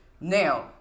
Now